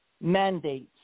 mandates